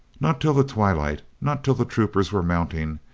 not till the twilight, not till the troopers were mounting,